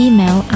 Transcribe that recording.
Email